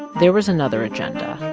there was another agenda.